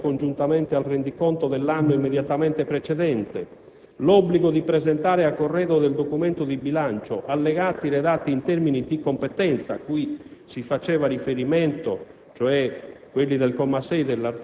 l'esame del bilancio di previsione congiuntamente al rendiconto dell'anno immediatamente precedente; infine, l'obbligo di presentare a corredo del documento di bilancio gli allegati dei dati in termini di competenza cui si faceva riferimento